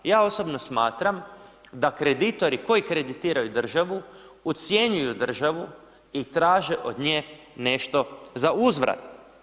Ja osobno smatram da kreditori koji kreditiraju državu ucjenjuju državu i traže od nje nešto za uzvrat.